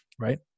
right